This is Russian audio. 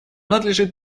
надлежит